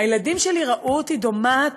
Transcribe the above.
הילדים שלי ראו אותי דומעת.